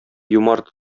юмарт